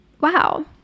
wow